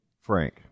Frank